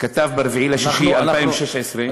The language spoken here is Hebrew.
כתב ב-4 ביוני 2016,